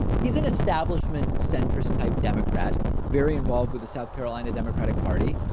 he's an establishment centres type democrat very involved with the south carolina democratic party.